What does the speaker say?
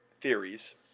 theories